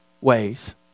ways